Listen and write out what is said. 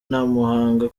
ntamuhanga